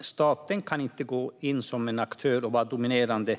Staten kan inte gå in som aktör och vara dominerande i näringsgrenar, som till exempel gruvan i min hemkommun,